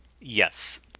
Yes